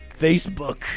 Facebook